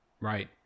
right